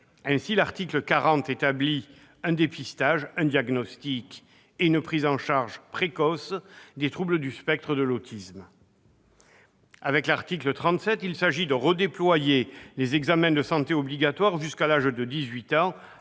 L'article 40 établit ainsi un dépistage, un diagnostic et une prise en charge précoces des troubles du spectre de l'autisme, ou TSA. L'article 37 vise à redéployer les examens de santé obligatoires jusqu'à l'âge de 18 ans,